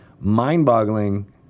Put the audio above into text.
mind-boggling